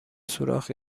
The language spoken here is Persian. سوراخ